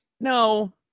No